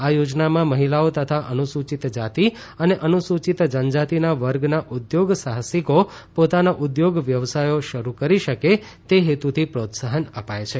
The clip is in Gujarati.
આ યોજનામાં મહિલાઓ તથા અનુસૂચિત જાતિ અને અનસૂચિત જનજાતિના વર્ગના ઉદ્યોગસાહસિકો પોતાના ઉદ્યોગ વ્યવસાયો શરૂ કરી શકે તે હેતુથી પ્રોત્સાહન અપાય છે